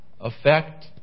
affect